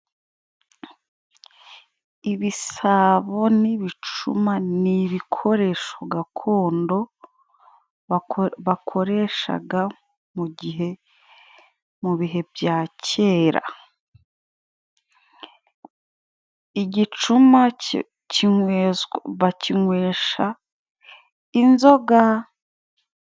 Ibisabo n'ibicuma nibikoresho gakondo bakoreshaga mu gihe mu bihe bya kera .Igicuma bakinywesha inzoga.